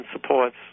supports